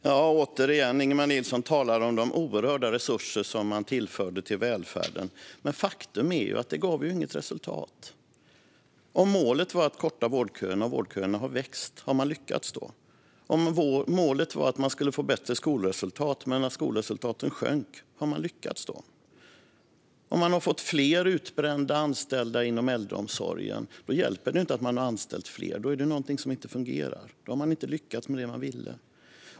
Fru talman! Ingemar Nilsson talar om de oerhörda resurser som man tillförde till välfärden. Men faktum är att det inte gav något resultat. Om målet var att korta vårdköerna och vårdköerna har vuxit, har man lyckats då? Om målet var att man skulle få bättre skolresultat men skolresultaten sjönk, har man lyckats då? Om man har fått fler utbrända anställda inom äldreomsorgen hjälper det inte att man har anställt fler, utan då är det någonting som inte fungerar. Då har man inte lyckats med det man ville.